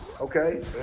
Okay